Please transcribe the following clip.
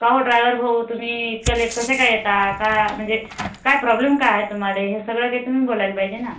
का हो ड्राईवर भाऊ तुम्ही इतक्या लेट कसा काय येता का म्हणजे काय प्रॉब्लेम काय आहे तुम्हाला हे सगळं काय तुम्ही बोलायला पाहिजे ना